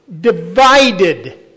divided